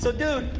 so dude,